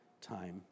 time